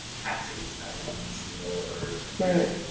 taxes having only single or